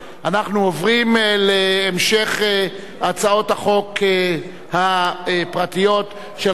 אנחנו עוברים להמשך הצעות החוק הפרטיות של חברי הכנסת,